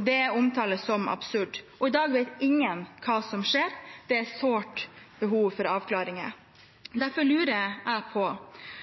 Det omtales som absurd. I dag vet ingen hva som skjer, og det er et sårt behov for avklaringer. Derfor lurer jeg på: